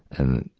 and,